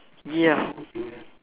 ya